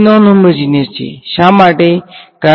non-homogeneous તે nonhomogeneous છે શા માટે છે